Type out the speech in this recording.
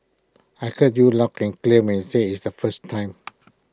I heard you loud and clear when you said IT the first time